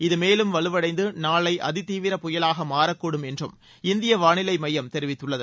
இது மேலும் வலுவடைந்து நாளை அதிதீவிர புயவாக மாறக்கூடும் என்றும் இந்திய வாளிலை மையம் தெரிவித்துள்ளது